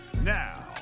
Now